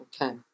Okay